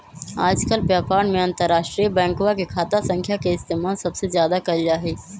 आजकल व्यापार में अंतर्राष्ट्रीय बैंकवा के खाता संख्या के इस्तेमाल सबसे ज्यादा कइल जाहई